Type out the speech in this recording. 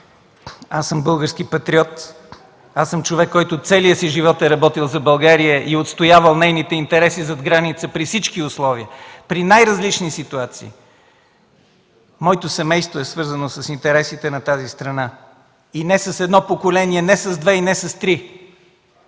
Аз съм български патриот – човек, който през целия си живот е работил за България и е отстоявал нейните интереси зад граница при всички условия, при най-различни ситуации! Моето семейство е свързано с интересите на тази страна – и не с едно поколение, не с две и не с три!